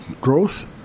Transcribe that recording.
growth